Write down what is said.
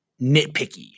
nitpicky